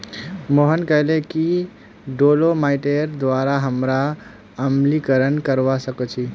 मोहन कहले कि डोलोमाइटेर द्वारा हमरा अम्लीकरण करवा सख छी